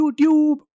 YouTube